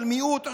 של מיעוט,